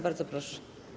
Bardzo proszę.